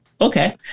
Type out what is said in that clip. okay